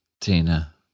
Tina